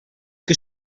que